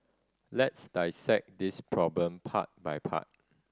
let's dissect this problem part by part